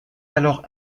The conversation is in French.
alors